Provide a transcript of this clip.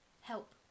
help